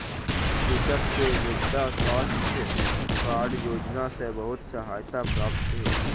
कृषक के मृदा स्वास्थ्य कार्ड योजना सॅ बहुत सहायता प्राप्त भेल